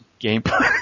gameplay